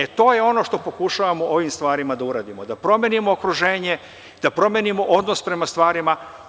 E to je ono što pokušavamo ovim stvarima da uradimo, da promenimo okruženje, da promenimo odnos prema stvarima.